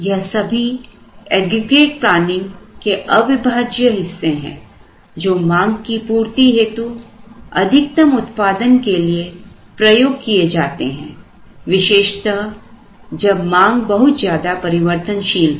यह सभी aggregate planning के अविभाज्य हिस्से हैं जो मांग की पूर्ति हेतु अधिकतम उत्पादन के लिए प्रयोग किए जाते हैं विशेषतःजब मांग बहुत ज्यादा परिवर्तनशील हो